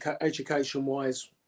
education-wise